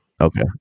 Okay